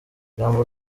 ijambo